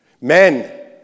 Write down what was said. men